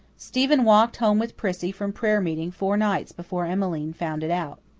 stephen walked home with prissy from prayer meeting four nights before emmeline found it out.